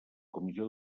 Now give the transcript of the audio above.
comissió